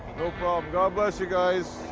no problem. god bless you guys.